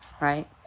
right